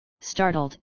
startled